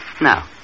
Now